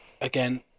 Again